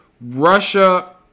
Russia